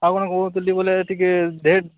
ଆଉ କ'ଣ କହୁଥିଲି ବୋଲେ ଟିକେ ଡେଟ୍